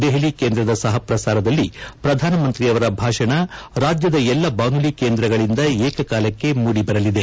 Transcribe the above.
ದೆಹಲಿ ಕೇಂದ್ರದ ಸಹ ಪ್ರಸಾರದಲ್ಲಿ ಪ್ರಧಾನಿ ಅವರ ಭಾಷಣ ರಾಜ್ಯದ ಎಲ್ಲ ಬಾನುಲಿ ಕೇಂದ್ರಗಳಿಂದ ಏಕಕಾಲಕ್ಕೆ ಮೂಡಿಬರಲಿದೆ